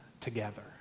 together